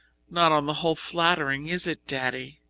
not on the whole flattering, is it, daddy?